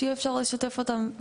שיהיה אפשר לשתף אותן.